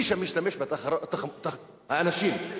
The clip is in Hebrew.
מי שמשתמש בתחבורה, אנשים.